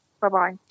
Bye-bye